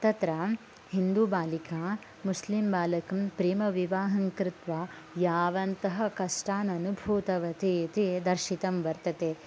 तत्र हिन्दुबालिका मुस्लीं बालकं प्रेमविवाहं कृत्वा यावन्तः कष्टान् अनुभूतवती इति दर्शितं वर्तते